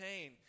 pain